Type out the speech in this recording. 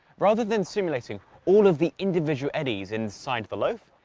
rather than simulating all of the individual eddies inside the loaf,